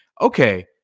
okay